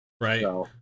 right